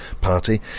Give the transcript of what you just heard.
Party